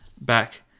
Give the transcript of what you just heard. back